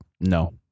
No